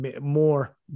more